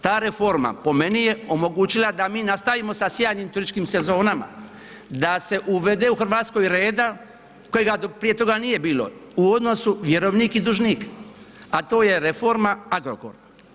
Ta reforma po meni je omogućila da mi nastavimo sa sjajnim turističkim sezonama, da se uvede u Hrvatskoj reda kojega prije toga nije bilo u odnosu vjerovnik i dužnik, a to je reforma Agrokor.